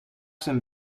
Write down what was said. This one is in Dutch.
zijn